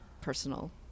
personal